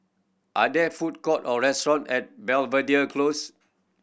are there food court or restaurant at Belvedere Close